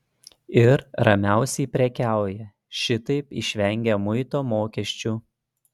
ir ramiausiai prekiauja šitaip išvengę muito mokesčių